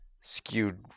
skewed